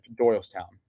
Doylestown